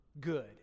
good